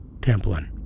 Templin